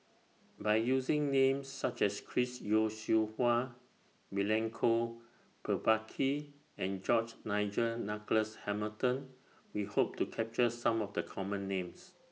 By using Names such as Chris Yeo Siew Hua Milenko Prvacki and George Nigel Douglas Hamilton We Hope to capture Some of The Common Names